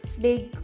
big